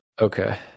Okay